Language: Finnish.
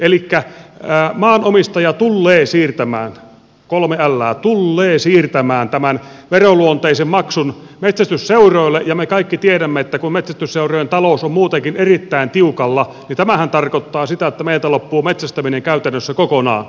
elikkä maanomistaja tullee siirtämään kaksi ällää tullee siirtämään tämän veroluonteisen maksun metsästysseuroille ja me kaikki tiedämme että kun metsästysseurojen talous on muutenkin erittäin tiukalla niin tämähän tarkoittaa sitä että meiltä loppuu metsästäminen käytännössä kokonaan